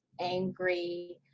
angry